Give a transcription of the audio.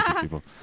people